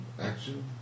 Action